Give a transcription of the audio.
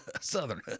Southern